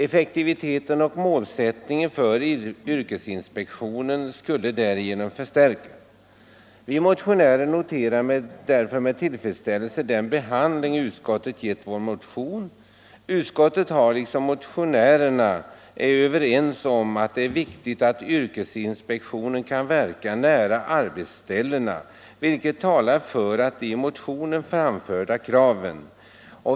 Effektiviteten och målsättningen för yrkesinspektionens verksamhet skulle därigenom förstärkas. Vi motionärer noterar därför med tillfredsställelse den behandling utskottet gett vår motion. Utskottet är överens med motionärerna om att det är viktigt att yrkesinspektionen kan verka nära arbetsställena, vilket talar för de i motionen framförda kraven.